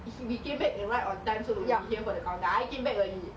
ya we both went for party came